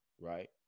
right